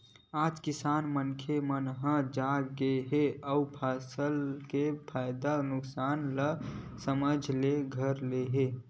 आज किसान मनखे मन ह जाग गे हे अउ फसल के फायदा नुकसान ल समझे ल धर ले हे